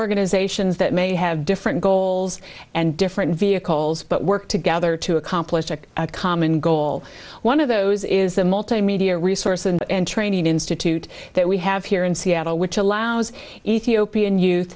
organizations that may have different goals and different vehicles but work together to accomplish a common goal one of those is the multimedia resource and training institute that we have here in seattle which allows ethiopian youth